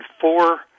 four